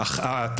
מהותית.